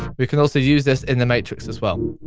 we can also use this in the matrix as well.